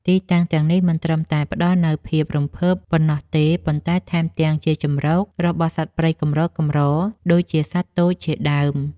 ទីតាំងទាំងនេះមិនត្រឹមតែផ្ដល់នូវភាពរំភើបប៉ុណ្ណោះទេ ប៉ុន្តែថែមទាំងជាជម្រករបស់សត្វព្រៃកម្រៗដូចជាសត្វទោចជាដើម។